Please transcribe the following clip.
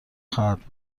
خواهد